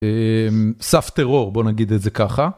סף טרור בוא נגיד את זה ככה.